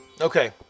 Okay